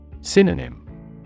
Synonym